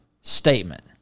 statement